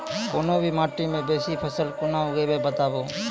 कूनू भी माटि मे बेसी फसल कूना उगैबै, बताबू?